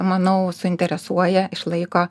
manau suinteresuoja išlaiko